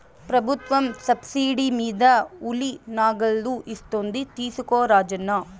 ప్రభుత్వం సబ్సిడీ మీద ఉలి నాగళ్ళు ఇస్తోంది తీసుకో రాజన్న